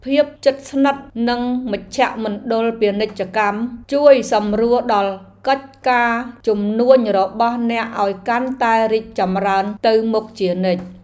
ភាពជិតស្និទ្ធនឹងមជ្ឈមណ្ឌលពាណិជ្ជកម្មជួយសម្រួលដល់កិច្ចការជំនួញរបស់អ្នកឱ្យកាន់តែរីកចម្រើនទៅមុខជានិច្ច។